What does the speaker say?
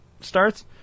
starts